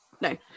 no